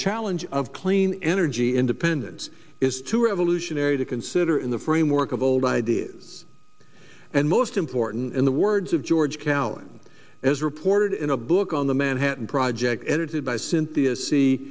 challenge of clean energy independence is to revolutionary to consider in the framework of old ideas and most important in the words of george callan as reported in a book on the manhattan project edited by cynthia